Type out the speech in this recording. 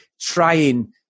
trying